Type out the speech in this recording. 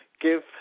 give